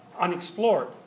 unexplored